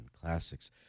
Classics